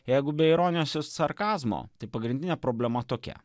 jeigu be ironijos sarkazmo tai pagrindinė problema tokia